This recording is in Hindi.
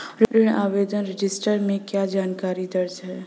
ऋण आवेदन रजिस्टर में क्या जानकारी दर्ज है?